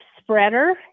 spreader